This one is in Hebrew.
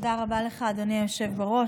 תודה רבה לך, אדוני היושב בראש.